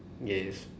yes